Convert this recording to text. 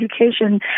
education